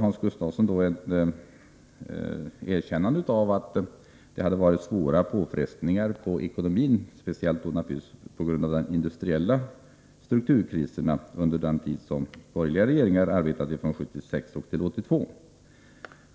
Hans Gustafsson erkände att det hade varit svåra påfrestningar på ekonomin, speciellt naturligtvis på grund av de industriella strukturkriserna, under de borgerliga regeringarnas tid, från 1976 till 1982.